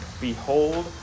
Behold